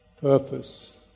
Purpose